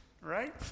Right